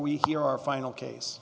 we hear our final case